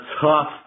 tough